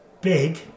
big